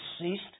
ceased